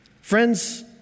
Friends